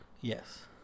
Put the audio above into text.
yes